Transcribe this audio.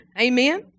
Amen